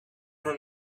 her